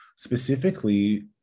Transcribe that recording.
specifically